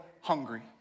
hungry